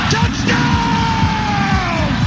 Touchdown